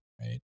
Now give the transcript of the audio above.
right